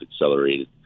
accelerated